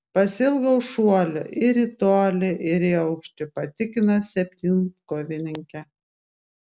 pasiilgau šuolių ir į tolį ir į aukštį patikino septynkovininkė